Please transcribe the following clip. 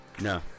No